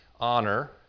honor